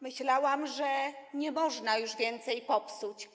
Myślałam, że nie można już więcej popsuć.